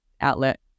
outlet